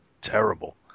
terrible